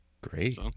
Great